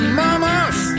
mamas